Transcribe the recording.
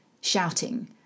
shouting